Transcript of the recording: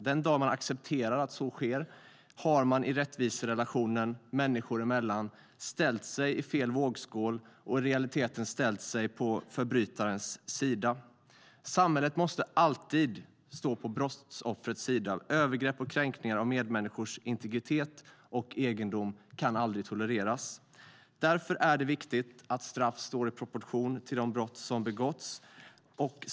Den dag man accepterar att så sker har man i rättviserelationen människor emellan lagt sig i fel vågskål och i realiteten ställt sig på förbrytarens sida. Samhället måste alltid stå på brottsoffrets sida. Övergrepp och kränkningar av medmänniskors integritet och egendom kan aldrig tolereras. Därför är det viktigt att straff står i proportion till de brott som begåtts.